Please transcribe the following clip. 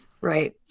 right